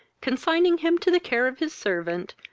consigning him to the care of his servant,